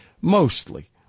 mostly